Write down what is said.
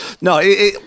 no